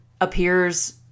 appears